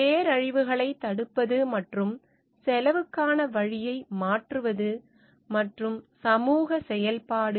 பேரழிவுகளைத் தடுப்பது மற்றும் செலவுக்கான வழியை மாற்றுவது மற்றும் சமூக செயல்பாடு